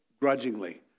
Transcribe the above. grudgingly